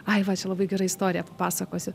ai va čia labai gera istorija papasakosiu